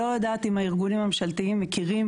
לא יודעת אם הארגונים הממשלתיים מכירים